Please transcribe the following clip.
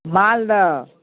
Maldah